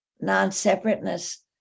non-separateness